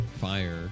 Fire